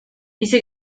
dices